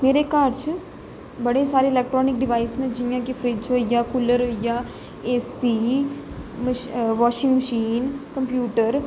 मेरे घर च बडे़ सारे इल्कट्रानिक डिवाइस न जियां कि फ्रिज होई गेआ कूलर होई गेआ A C washing machine computer